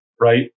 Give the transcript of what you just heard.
right